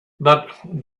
but